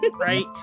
Right